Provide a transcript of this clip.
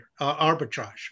arbitrage